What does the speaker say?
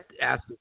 ask